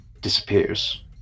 disappears